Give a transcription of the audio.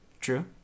True